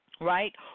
right